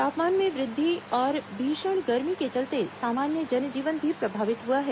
तापमान में वृद्धि और भीषण गर्मी के चलते सामान्य जन जीवन भी प्रभावित हुआ है